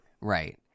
Right